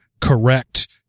correct